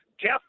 Jeff